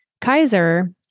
Kaiser